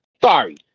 Sorry